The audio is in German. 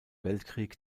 weltkrieg